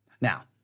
Now